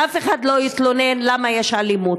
שאף אחד לא יתלונן למה יש אלימות.